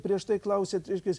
prieš tai klausėt reiškias